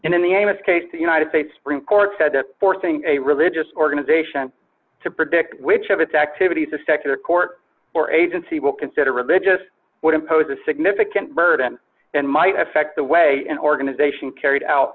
and in the amos case the united states supreme court said that forcing a religious organization to predict which of its activities a secular court or agency will consider religious would impose a significant burden and might affect the way an organization carried out